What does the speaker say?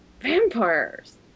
Vampires